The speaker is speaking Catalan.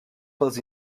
pels